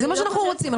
זה מה שאנחנו רוצים.